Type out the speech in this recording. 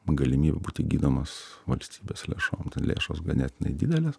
galimybę būti gydomas valstybės lėšom ten lėšos ganėtinai didelės